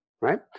right